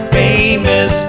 famous